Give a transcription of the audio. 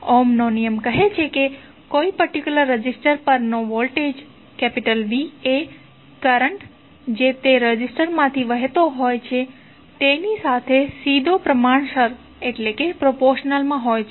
ઓહમનો નિયમ કહે છે કે કોઈ પર્ટિક્યુલર રેઝિસ્ટર પરનો વોલ્ટેજ V એ કરંટ જે તે રેઝિસ્ટરમાંથી વહેતો હોય છે તેની સાથે સીધો પ્રમાણસર હોય છે